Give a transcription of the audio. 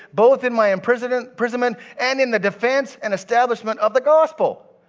both in my imprisonment imprisonment and in the defense and establishment of the gospel.